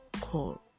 call